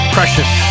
Precious